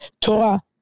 Torah